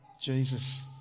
Jesus